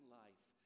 life